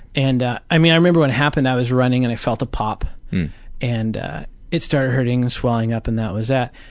i i mean, i remember what happened. i was running and i felt a pop and it started hurting and swelling up and that was that.